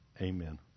Amen